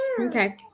Okay